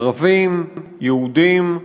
ערבים, יהודים,